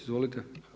Izvolite.